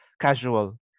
casual